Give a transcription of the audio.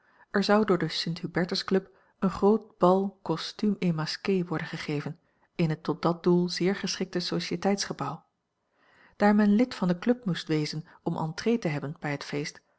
er zou door de st hubertsclub een groot bal costume et masqué worden gegeven in het tot dat doel zeer geschikte sociëteitsgebouw daar men lid van de club moest wezen om entrée te hebben bij het feest